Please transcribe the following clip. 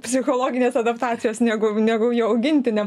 psichologinės adaptacijos negu negu jo augintiniam